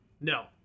No